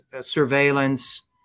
surveillance